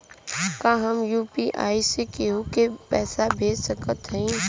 का हम यू.पी.आई से केहू के पैसा भेज सकत हई?